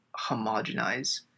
homogenize